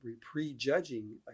prejudging